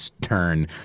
turn